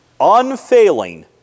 unfailing